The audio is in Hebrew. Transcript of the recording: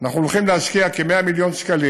אנחנו הולכים להשקיע כ-100 מיליון שקלים